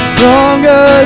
Stronger